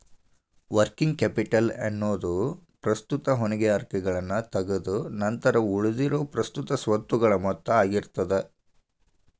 working capital ಎನ್ನೊದು ಪ್ರಸ್ತುತ ಹೊಣೆಗಾರಿಕೆಗಳನ್ನ ತಗದ್ ನಂತರ ಉಳಿದಿರೊ ಪ್ರಸ್ತುತ ಸ್ವತ್ತುಗಳ ಮೊತ್ತ ಆಗಿರ್ತದ